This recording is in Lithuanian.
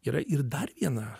yra ir dar viena